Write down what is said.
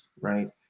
right